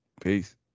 Peace